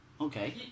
Okay